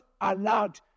allowed